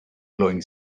blowing